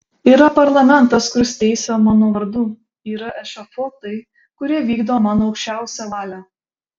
yra parlamentas kuris teisia mano vardu yra ešafotai kurie vykdo mano aukščiausią valią